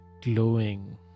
glowing